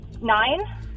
Nine